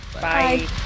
Bye